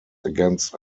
against